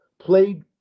played